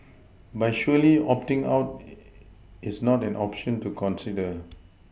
but surely opting out is not an option to consider